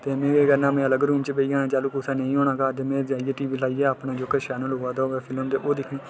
में केह् करना में लग्ग रूम च बेही जाना में जदूं कुसै नेईं होना घर च में जाइयै टी वी लाइयै अपना जोह्का चैनल आवा दा होऐ फिल्म ओह् दिक्खनी